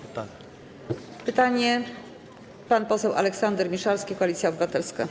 Pytanie zada pan poseł Aleksander Miszalski, Koalicja Obywatelska.